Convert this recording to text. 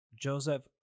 Joseph